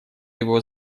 его